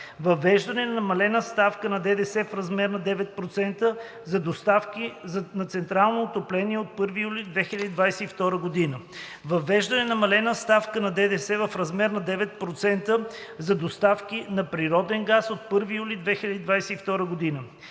въвеждане на намалена ставка на ДДС в размер на 9% за доставки на централно отопление от 1 юли 2022 г.; - въвеждане на намалена ставка на ДДС в размер на 9% за доставки на природен газ от 1 юли 2022 г.;